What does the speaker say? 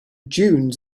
dunes